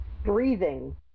Breathing